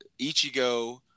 Ichigo